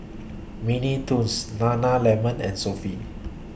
Mini Toons Nana Lemon and Sofy